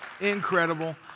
Incredible